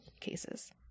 cases